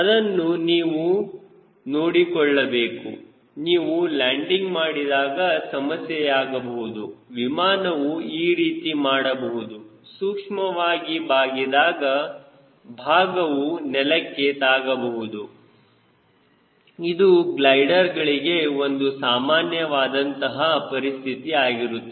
ಅದನ್ನು ನೀವು ನೋಡಿಕೊಳ್ಳಬೇಕು ನೀವು ಲ್ಯಾಂಡಿಂಗ್ ಮಾಡಿದಾಗ ಸಮಸ್ಯೆಯಾಗಬಹುದು ವಿಮಾನವು ಈ ರೀತಿ ಮಾಡಬಹುದು ಸೂಕ್ಷ್ಮವಾಗಿ ಬಾಗಿದಾಗ ಭಾಗವು ನೆಲಕ್ಕೆ ತಾಗಬಹುದು ಇದು ಗ್ಲೈಡರ್ ಗಳಿಗೆ ಒಂದು ಸಾಮಾನ್ಯವಾದ ಅಂತಹ ಪರಿಸ್ಥಿತಿ ಆಗಿರುತ್ತದೆ